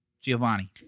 Giovanni